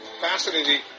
fascinating